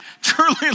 Truly